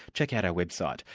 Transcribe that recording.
check out our website.